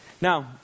Now